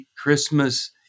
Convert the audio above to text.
Christmas